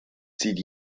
zieht